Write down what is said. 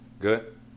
Good